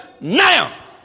now